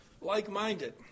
like-minded